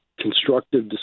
constructive